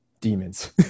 demons